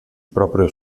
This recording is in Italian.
proprio